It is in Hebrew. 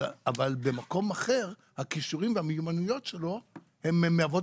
אבל במקום אחר הכישורים והמיומנויות שלו מהוות